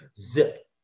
Zip